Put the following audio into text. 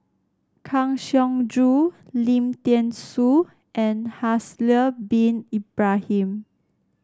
Kang Siong Joo Lim Thean Soo and Haslir Bin Ibrahim